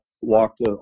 walked